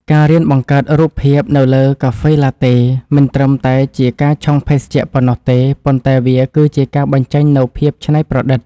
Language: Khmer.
ការរៀនបង្កើតរូបភាពនៅលើកាហ្វេឡាតេមិនត្រឹមតែជាការឆុងភេសជ្ជៈប៉ុណ្ណោះទេ ប៉ុន្តែវាគឺជាការបញ្ចេញនូវភាពច្នៃប្រឌិត។